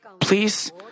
Please